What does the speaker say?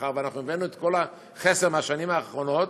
מאחר שהבאנו את כל החסר מהשנים האחרונות,